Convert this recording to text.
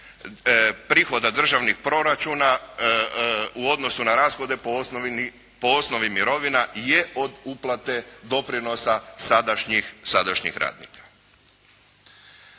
prihoda državnih proračuna u odnosu na rashode po osnovi mirovina je od uplate doprinosa sadašnjih radnika.